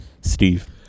Steve